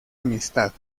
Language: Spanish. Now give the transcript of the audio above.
amistad